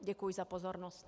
Děkuji za pozornost.